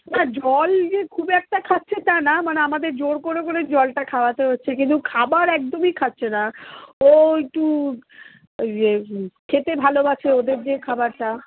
না জল যে খুব একটা খাচ্ছে তা না মানে আমাদের জোর করে করে জলটা খাওয়াতে হচ্ছে কিন্তু খাবার একদমই খাচ্ছে না ও একটু ইয়ে খেতে ভালোবাসে ওদের যে খাবারটা